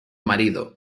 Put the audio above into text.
marido